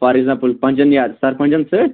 for example پَنجن یا سَرپَنجَن سۭتۍ